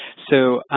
so,